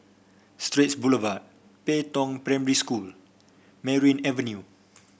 Straits Boulevard Pei Tong Primary School Merryn Avenue